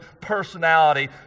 personality